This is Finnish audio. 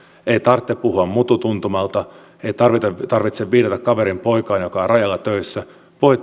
ei tarvitse puhua mututuntumalta ei tarvitse viitata kaverin poikaan joka on rajalla töissä voi